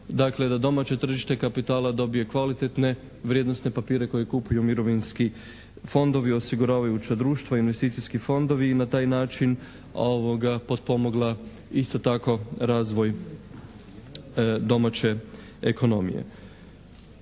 dakle da domaće tržište kapitala dobije kvalitetne vrijednosne papire koji kupuju mirovinski fondovi, osiguravajuća društva, investicijski fondovi i na taj način potpomogla isto tako razvoj domaće ekonomije.